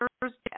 Thursday